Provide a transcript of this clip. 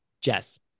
Jess